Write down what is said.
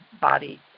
body